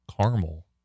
Caramel